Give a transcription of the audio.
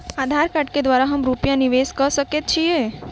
आधार कार्ड केँ द्वारा हम रूपया निवेश कऽ सकैत छीयै?